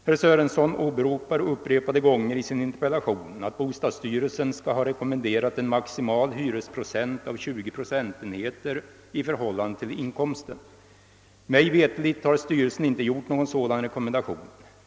Herr Sörenson åberopar upprepade gånger i sin interpellation att bostadsstyrelsen skall ha rekommenderat en måximal hyresprocent av 20 procentenheter i förhållande till inkomsten. Mig veterligt har styrelsen inte gjort någon sådan rekommendation.